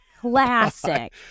classic